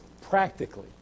practically